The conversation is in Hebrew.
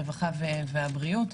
הרווחה והבריאות.